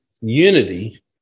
unity